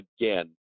again